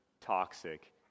toxic